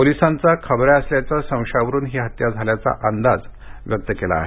पोलिसांचा खबऱ्या असल्याच्या संशयावरून ही हत्या झाल्याचा अंदाज व्यक्त केला जात आहे